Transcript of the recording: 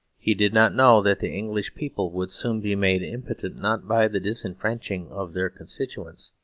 he did not know that the english people would soon be made impotent, not by the disfranchising of their constituents,